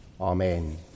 Amen